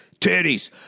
titties